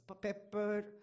pepper